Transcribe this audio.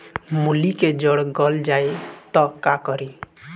मूली के जर गल जाए त का करी?